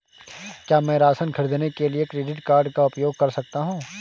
क्या मैं राशन खरीदने के लिए क्रेडिट कार्ड का उपयोग कर सकता हूँ?